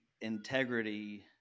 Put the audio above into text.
integrity